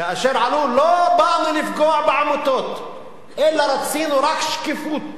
כאשר ענו: לא באנו לפגוע בעמותות אלא רצינו רק שקיפות.